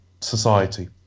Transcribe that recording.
society